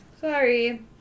Sorry